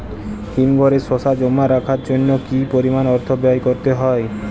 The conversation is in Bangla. হিমঘরে শসা জমা রাখার জন্য কি পরিমাণ অর্থ ব্যয় করতে হয়?